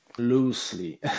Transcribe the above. loosely